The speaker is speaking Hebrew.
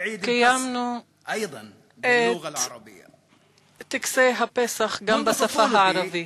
קיימנו את טקסי הפסח גם בשפה הערבית.